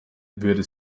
würde